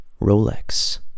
Rolex